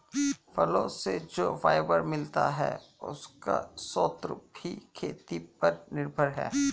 फलो से जो फाइबर मिलता है, उसका स्रोत भी खेती पर ही निर्भर है